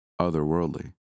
otherworldly